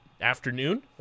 afternoon